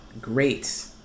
great